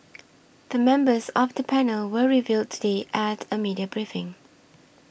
the members of the panel were revealed today at a media briefing